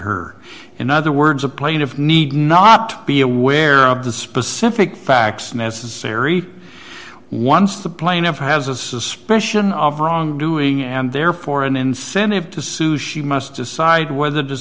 her in other words a plaintiff need not be aware of the specific facts necessary once the plaintiff has a suspicion of wrongdoing and therefore an incentive to sue she must decide whether to